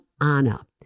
Anna